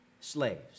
slaves